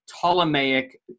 Ptolemaic